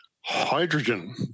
hydrogen